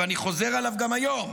ואני חוזר עליו גם היום,